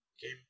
game